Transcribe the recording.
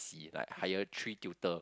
C like hire three tutor